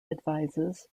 advises